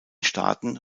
staaten